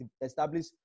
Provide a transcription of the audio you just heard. establish